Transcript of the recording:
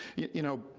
you know